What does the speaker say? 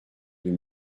deux